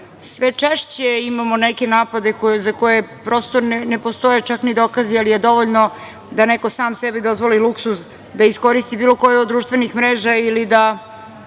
sve češće imamo neke napade za koje prosto ne postoje čak ni dokazi, ali je dovoljno da neko sam sebi dozvoli luksuz da iskoristi bilo koju od društvenih mreža ili da